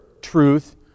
truth